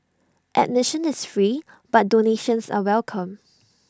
admission is free but donations are welcome